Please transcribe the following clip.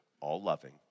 all-loving